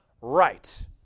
right